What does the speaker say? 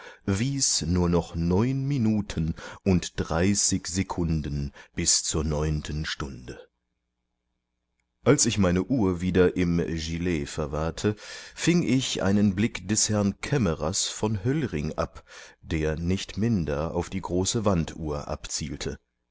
wies nur noch neun minuten und dreißig sekunden bis zur neunten stunde als ich meine uhr wieder im gilet verwahrte fing ich einen blick des herrn kämmerers von höllring ab der nicht minder auf die große wanduhr abzielte